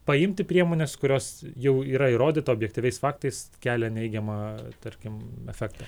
paimti priemones kurios jau yra įrodyta objektyviais faktais kelia neigiamą tarkim efektą